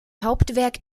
hauptwerk